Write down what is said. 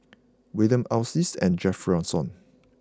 Wiliam Alys and Jefferson